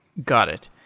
got it.